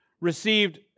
received